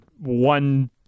one